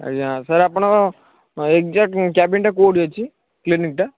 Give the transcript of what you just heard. ଆଜ୍ଞା ସାର୍ ଆପଣ ଏକ୍ଜାଟ୍ କ୍ୟାବିନ୍ଟା କେଉଁଠି ଅଛି କ୍ଲିନିକ୍ଟା